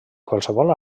qualsevol